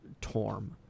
Torm